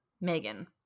Megan